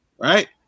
Right